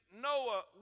Noah